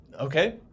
Okay